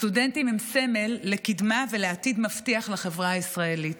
הסטודנטים הם סמל לקדמה ולעתיד מבטיח לחברה הישראלית.